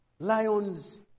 Lions